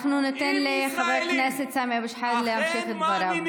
אנחנו ניתן לחבר הכנסת סמי אבו שחאדה להמשיך את דבריו,